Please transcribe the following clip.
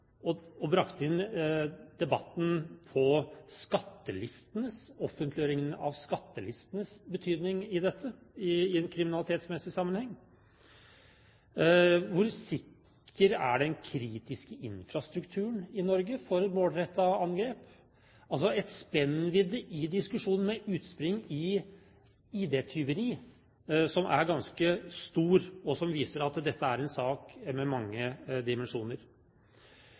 på, og brakt inn i debatten, offentliggjøringen av skattelistenes betydning i dette i en kriminalitetsmessig sammenheng. Hvor sikker er den kritiske infrastrukturen i Norge i forhold til målrettede angrep? Det er altså en spennvidde i diskusjonen, med utspring i ID-tyveri, som er ganske stor, og som viser at dette er en sak med mange dimensjoner.